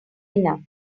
enough